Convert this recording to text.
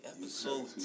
episode